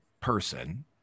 person